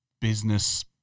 business